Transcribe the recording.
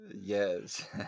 Yes